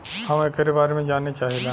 हम एकरे बारे मे जाने चाहीला?